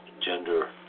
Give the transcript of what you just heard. gender